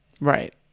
Right